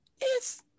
Yes